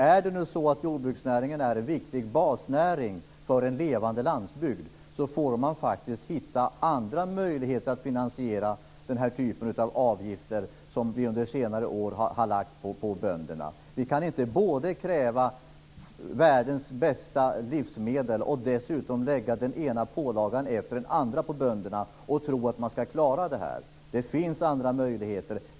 Är det nu så att jordbruksnäringen är en viktig basnäring för en levande landsbygd så får man faktiskt hitta andra möjligheter att finansiera den här typen av avgifter som vi under senare år har lagt på bönderna. Vi kan inte både kräva världens bästa livsmedel och dessutom lägga den ena pålagan efter den andra på bönderna och tro att man skall klara det här. Det finns andra möjligheter.